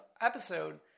episode